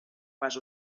pas